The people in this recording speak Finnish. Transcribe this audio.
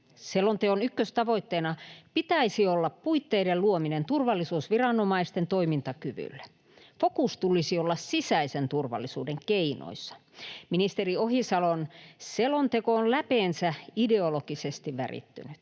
Selonteon ykköstavoitteena pitäisi olla puitteiden luominen turvallisuusviranomaisten toimintakyvylle. Fokus tulisi olla sisäisen turvallisuuden keinoissa. Ministeri Ohisalon selonteko on läpeensä ideologisesti värittynyt.